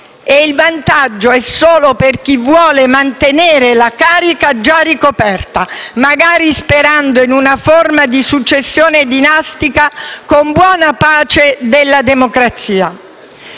il vantaggio è solo per chi vuole mantenere la carica già ricoperta, magari sperando in una forma di successione dinastica, con buona pace della democrazia.